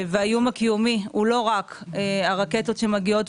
והאיום הקיומי הוא רק הרקטות שמגיעות,